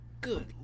Good